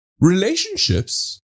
relationships